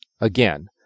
Again